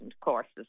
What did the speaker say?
courses